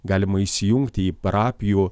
galima įsijungti į parapijų